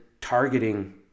targeting